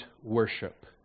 worship